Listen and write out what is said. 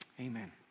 Amen